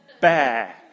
bear